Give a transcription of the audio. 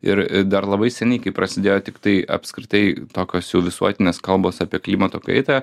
ir dar labai seniai kai prasidėjo tiktai apskritai tokios jau visuotinės kalbos apie klimato kaitą